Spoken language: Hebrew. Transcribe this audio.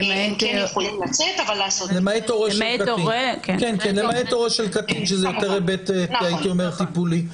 למעט הורה של קטין, שזה היבט טיפולי.